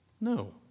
No